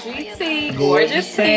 Gorgeous